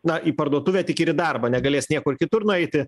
na į parduotuvę tik ir į darbą negalės niekur kitur nueiti